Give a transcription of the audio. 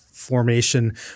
Formation